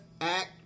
Act